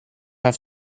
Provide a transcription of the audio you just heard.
have